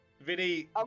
Vinny